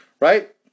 right